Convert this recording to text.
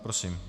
Prosím.